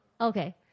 Okay